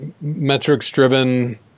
metrics-driven